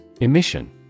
Emission